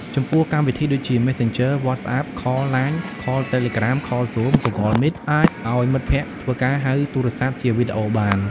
ចំពោះកម្មវិធីដូចជា Messenger WhatsApp Call LINE Call Telegram Call Zoom Google Meet អាចឱ្យមិត្តភ័ក្តិធ្វើការហៅទូរស័ព្ទជាវីដេអូបាន ។